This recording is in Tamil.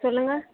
சொல்லுங்கள்